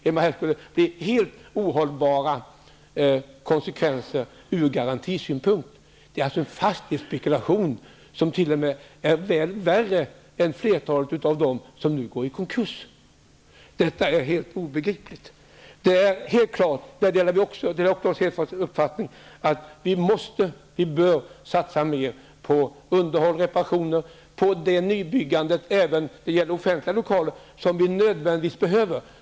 Det här skulle innebära en helt ohållbar situation från garantisynpunkt. Det här är en fastighetsspekulation som t.o.m. är värre än vi hittills sett -- och flertalet i detta sammanhang går också i konkurs. Detta är helt obegripligt. Vi bör, eller kanske måste, satsa mera på underhåll, reparationer och på nybyggandet även när det gäller offentliga lokaler som vi nödvändigtvis behöver.